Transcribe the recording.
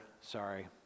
Sorry